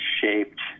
shaped